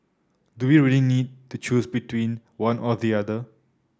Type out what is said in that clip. do we really need to choose between one or the other